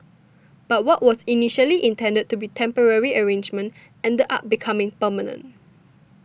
but what was initially intended to be temporary arrangement ended up becoming permanent